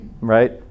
Right